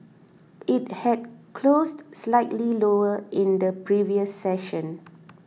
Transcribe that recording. it had closed slightly lower in the previous session